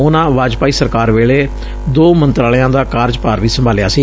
ਉਨੂਾਂ ਵਾਜਪਾਈ ਸਰਕਾਰ ਵੇਲੇ ਦੋ ਮੰਤਰਾਲਿਆਂ ਦਾ ਕਾਰਜਭਾਰ ਵੀ ਸੰਭਾਲਿਆ ਸੀ